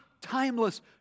timeless